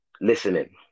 listening